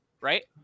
right